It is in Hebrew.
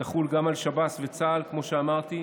תחול גם על שב"ס וצה"ל, כמו שאמרתי.